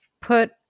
put